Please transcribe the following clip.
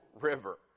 river